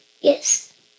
Yes